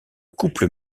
couple